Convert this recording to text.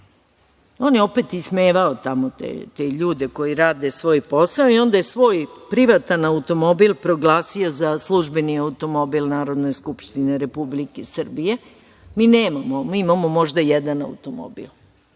on je opet ismevao tamo te ljude koji rade svoj posao i onda je svoj privatni automobil proglasio za službeni automobil Narodne Skupštine Republike Srbije. Mi imamo možda jedan automobil,